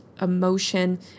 emotion